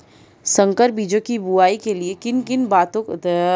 संकर बीजों की बुआई के लिए किन किन बातों का ध्यान रखना चाहिए?